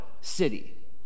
city